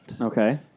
Okay